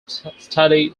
study